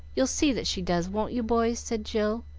you'll see that she does, won't you, boys? said jill,